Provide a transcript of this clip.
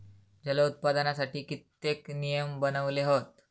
जलोत्पादनासाठी कित्येक नियम बनवले हत